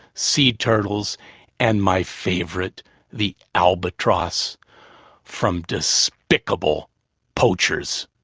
sea turtles and my favorite the albatross from despicable poachers.